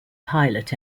pilot